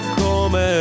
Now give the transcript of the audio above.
come